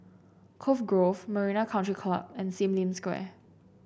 Cove Grove Marina Country Club and Sim Lim Square